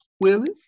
Willie